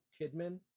kidman